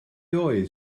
oedd